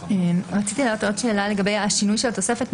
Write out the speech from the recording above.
רציתי להעלות עוד שאלה לגבי השינוי של התוספת.